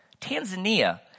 Tanzania